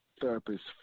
therapist